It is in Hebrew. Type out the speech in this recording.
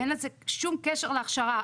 ואין לזה שום קשר להכשרה.